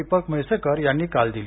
दीपक म्हैसेकर यांनी काल दिली